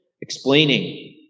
explaining